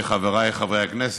חבריי חברי הכנסת,